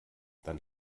dann